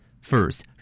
First